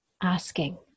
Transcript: asking